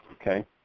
Okay